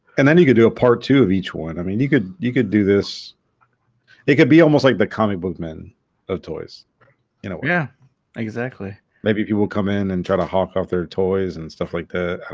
and then you could do a part two of each one i mean you could you could do this it could be almost like the comic book men of toys you know yeah exactly maybe people come in and try to hawk off their toys and stuff like that